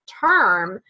term